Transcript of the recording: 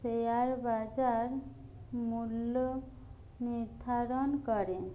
share বাজার মূল্য নির্ধারণ করে